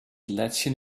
lätzchen